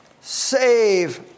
Save